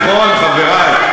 נכון, חברי?